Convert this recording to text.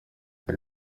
hari